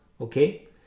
okay